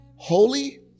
Holy